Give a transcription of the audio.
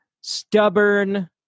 stubborn